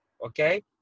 Okay